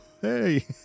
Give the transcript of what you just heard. hey